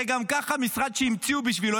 זה גם ככה משרד שהמציאו בשבילו.